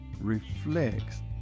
reflects